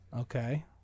Okay